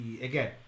again